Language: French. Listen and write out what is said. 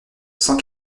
cent